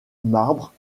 marbre